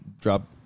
drop